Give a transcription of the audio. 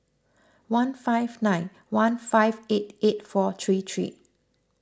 one five nine one five eight eight four three three